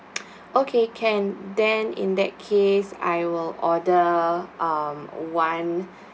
okay can then in that case I will order um one